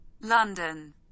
London